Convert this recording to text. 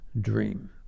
dream